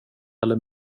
eller